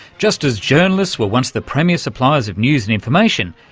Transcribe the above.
just as journalists were once the premier suppliers of news and information,